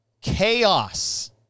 chaos